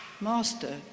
master